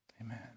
amen